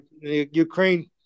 Ukraine